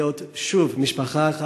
להיות שוב משפחה אחת,